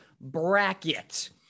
bracket